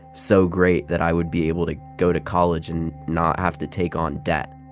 so great that i would be able to go to college and not have to take on debt